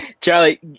Charlie